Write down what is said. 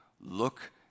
look